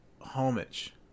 homage